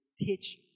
pitch